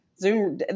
Zoom